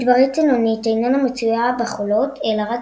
מדברית עינונית איננה מצויה בחולות אלא רק